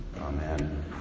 Amen